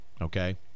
okay